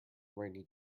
rainy